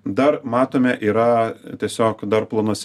dar matome yra tiesiog dar planuose